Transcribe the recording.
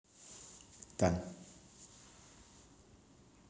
done